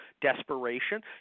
desperation